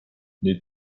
nii